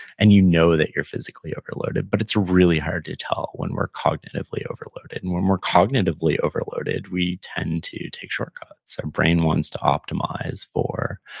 and you know that you're physically overloaded, but it's really hard to tell when we're cognitively overloaded, and when we're cognitively overloaded, we tend to take shortcuts. our brain wants to optimize for,